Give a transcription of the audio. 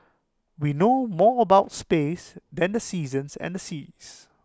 we know more about space than the seasons and the seas